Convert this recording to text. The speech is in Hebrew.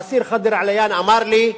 האסיר ח'דר עדנאן אמר לי: